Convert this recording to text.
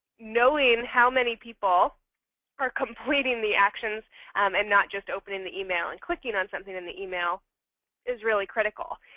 knowing how many people are completing the actions and not just opening the email and clicking on something in the email is really critical.